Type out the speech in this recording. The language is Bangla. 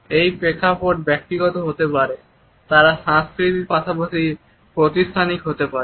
এই প্রেক্ষাপট ব্যক্তিগত হতে পারে তারা সাংস্কৃতিক পাশাপাশি প্রাতিষ্ঠানিক হতে পারে